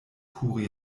kuri